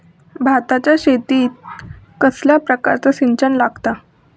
भाताच्या शेतीक कसल्या प्रकारचा सिंचन लागता?